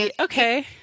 okay